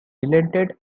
relented